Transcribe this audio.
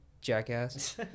jackass